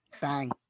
Bang